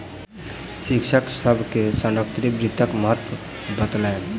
शिक्षक सभ के संगणकीय वित्तक महत्त्व बतौलैन